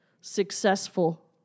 successful